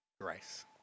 grace